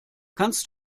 kannst